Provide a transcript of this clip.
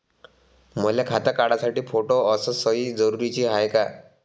मले खातं काढासाठी फोटो अस सयी जरुरीची हाय का?